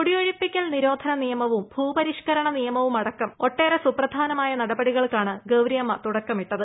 കൂടിയൊഴിപ്പിക്കൽ നിരോധന നിയമവും ഭൂപരിഷ്കരണ നിയമവുമടക്കം ഒട്ടേറെ സുപ്രധാനമായ നട്ടുപടികൾക്കാണ് ഗൌരിയമ്മ തുടക്കമിട്ടത്